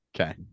Okay